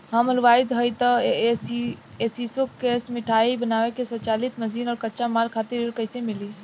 हम हलुवाई हईं त ए.सी शो कैशमिठाई बनावे के स्वचालित मशीन और कच्चा माल खातिर ऋण कइसे मिली?